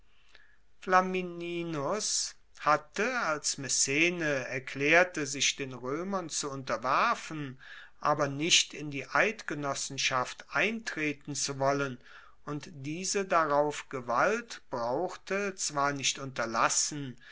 flamininus hatte als messene erklaerte sich den roemern zu unterwerfen aber nicht in die eidgenossenschaft eintreten zu wollen und diese darauf gewalt brauchte zwar nicht unterlassen